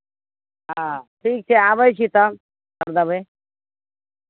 हँ ठीक छै आबै छी तब सभ लेबै